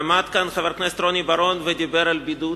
עמד כאן חבר הכנסת רוני בר-און ודיבר על בידוד.